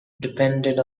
depended